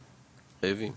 בנוסף,